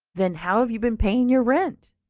then how have you been paying your rent?